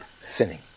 sinning